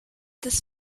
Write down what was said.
des